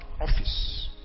office